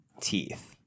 teeth